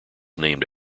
named